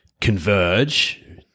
Converge